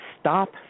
stop